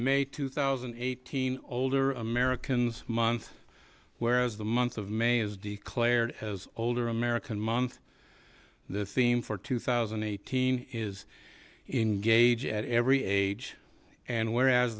may two thousand eight hundred older americans month whereas the month of may is declared as older american month the theme for two thousand and eighteen is engaged at every age and whereas